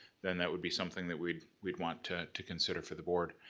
then that would be something that we'd we'd want to to consider for the board.